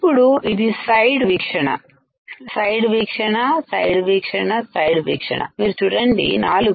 ఇప్పుడు ఇది సైడ్ వీక్షణ సైడ్ వీక్షణ సైడ్ వీక్షణసైడ్ వీక్షణ మీరు చూడండి 4